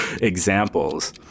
examples